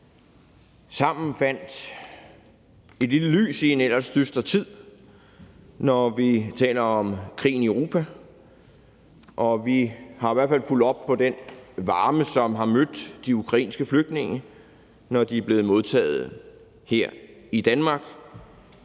sammen fandt et lille lys i en ellers dyster tid med hensyn til krigen i Europa. Vi har i hvert fald fulgt op på den varme, som de ukrainske flygtninge er blevet mødt med, når de er blevet modtaget her i Danmark.